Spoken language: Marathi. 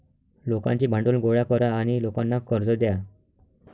लोकांचे भांडवल गोळा करा आणि लोकांना कर्ज द्या